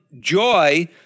joy